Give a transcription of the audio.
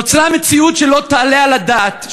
נוצרה מציאות שלא תעלה על הדעת,